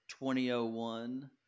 2001